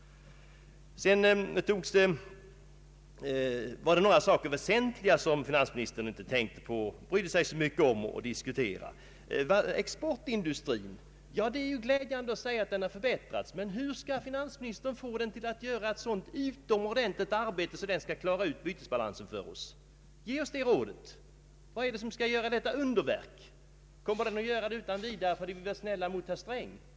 Det var några väsentliga saker som finansministern inte brydde sig om att diskutera. Beträffande exportindustrin är det glädjande att dess läge har förbättrats. Men hur skall finansministern få den att göra ett så utomordentligt arbete att den kan klara upp bytesbalansen för oss? Vad är det som skall göra detta underverk? Kommer exportindustrin att göra det utan vidare för att vara snäll mot herr Sträng?